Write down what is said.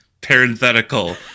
parenthetical